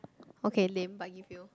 okay lame but give you